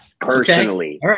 personally